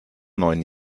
neun